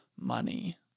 money